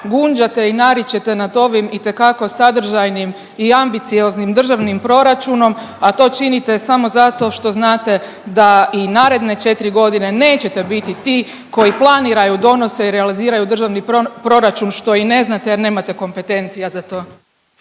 gunđate i naričete nad ovim itekako sadržajnim i ambicioznim državnim proračunom, a to činite samo zato što znate da i naredne 4 godine nećete biti ti koji planiraju, donose i realiziraju državni proračun, što i ne znate jer nemate kompetencija za to.